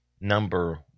number